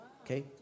Okay